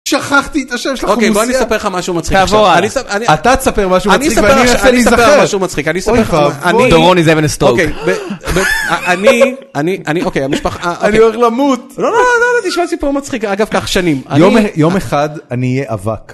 שכחתי את השם שלך מוסייה, אוקיי בוא נספר לך משהו מצחיק, תעבור הלאה, אתה תספר משהו מצחיק ואני אנסה להזכר, אוקיי בוא נספר לך משהו מצחיק, אוקיי אני, אוי ואבוי, דורון is-having-a-stroke, (צחוק) אני, אוקיי המשפחה, אני הולך למות, לא.. זה ישאר סיפור מצחיק, אגב כך שנים, יום אחד אני אהיה אבק.